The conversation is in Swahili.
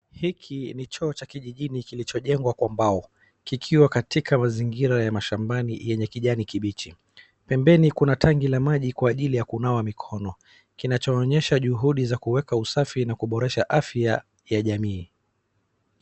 Hiki ni choo cha kijijini kilichojengwa kwa mbao kikiwa katika mazingira ya mashambani yenye kijani kibichi. Pembeni kuna tangi la maji kwa ajili ya kunawa mikono kinachoonyesha juhudi za kuweka usafi na kuboresha afya ja jamii.